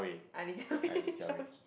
ah Lee-Jia-Wei Jia-Wei Jia-Wei